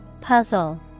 Puzzle